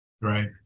Right